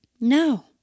No